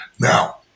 Now